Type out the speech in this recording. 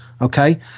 Okay